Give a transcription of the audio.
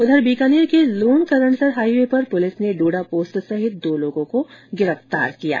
उधर बीकानेर के लूणकरणसर हाईवे पर पुलिस ने डोडा पोस्त सहित दो लोगों को गिरफ्तार किया है